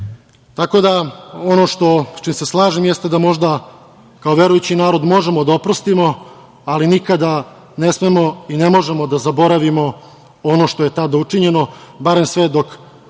da ono sa čim se slažem jeste da možda kao verujući narod možemo da oprostimo, ali nikada ne smemo i ne možemo da zaboravimo ono što je tada učinjeno, barem sve dok